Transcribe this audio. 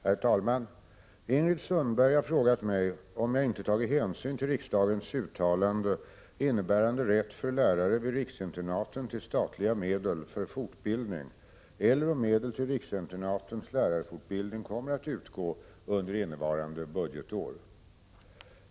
Herr talman! Ingrid Sundberg har frågat mig om jag inte tagit hänsyn till riksdagens uttalande innebärande rätt för lärare vid riksinternaten till statliga medel för fortbildning eller om medel till riksinternatens lärarfortbildning kommer att utgå under innevarande budgetår.